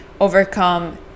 overcome